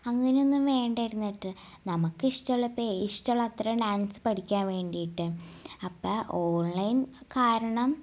അങ്ങനെയൊന്നും വേണ്ടായിരുന്നിട്ട് നമുക്കിഷ്ടോള്ളപ്പം ഇഷ്ടോള്ളത്രേം ഡാൻസ് പഠിക്കാൻ വേണ്ടീട്ട് അപ്പം ഓൺലൈൻ കാരണം